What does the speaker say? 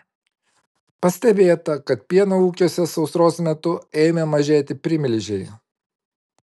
pastebėta kad pieno ūkiuose sausros metu ėmė mažėti primilžiai